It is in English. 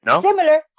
similar